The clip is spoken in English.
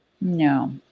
No